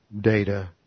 data